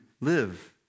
live